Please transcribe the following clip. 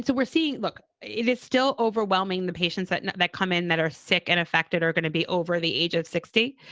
we're seeing. look, it's still overwhelming. the patients that and that come in that are sick and affected are gonna be over the age of sixty.